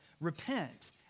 repent